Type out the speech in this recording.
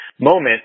moment